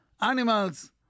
animals